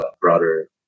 broader